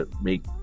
make